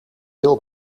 wil